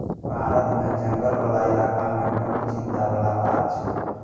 भारत मे जंगल बला इलाका मे कमी चिंता बला बात छै